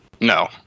No